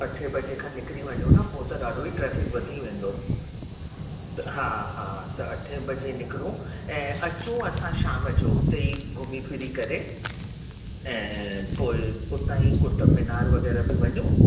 अठ बजे खां निकिरी वञू न पोइ त ॾाढो ई ट्रेफिक वधी वेंदो हा हा त अठें बजे निकिरूं ऐं अचूं असां शाम जो हुते ई घुमी फिरी करे ऐं पोइ हुतां ई कुतुब मीनार वग़ैरह बि वञू